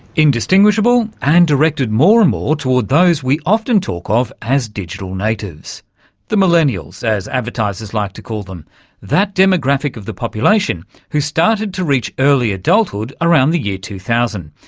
indistinguishable and directed more and more toward those we often talk of as digital natives' the millennials, as advertisers like to call them that demographic of the population who started to reach early adulthood around the year two thousand,